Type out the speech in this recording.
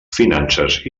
finances